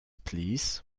please